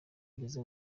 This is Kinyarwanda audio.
ageze